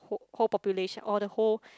who~ whole population or the whole